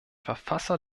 verfasser